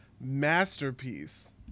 masterpiece